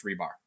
Rebar